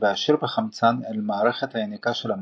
ועשיר בחמצן אל מערכת היניקה של המנוע,